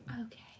Okay